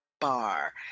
bar